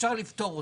אפשר לפתור אותו,